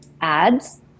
ads